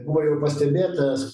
buvo ir pastebėtas